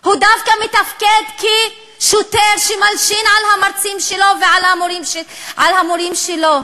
הוא דווקא מתפקד כשוטר שמלשין על המרצים שלו ועל המורים שלו,